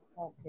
Okay